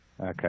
Okay